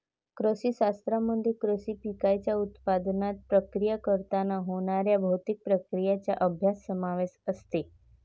कृषी शास्त्रामध्ये कृषी पिकांच्या उत्पादनात, प्रक्रिया करताना होणाऱ्या भौतिक प्रक्रियांचा अभ्यास समावेश असते